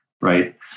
right